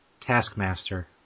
Taskmaster